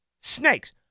Snakes